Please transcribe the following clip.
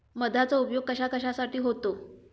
मधाचा उपयोग कशाकशासाठी होतो?